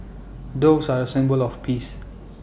doves are A symbol of peace